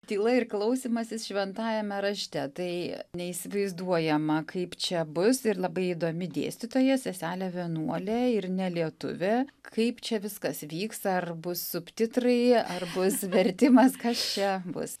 tyla ir klausymasis šventajame rašte tai neįsivaizduojama kaip čia bus ir labai įdomi dėstytoja seselė vienuolė ir ne lietuvė kaip čia viskas vyks ar bus subtitrai ar bus vertimas kas čia bus